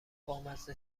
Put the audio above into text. بامزه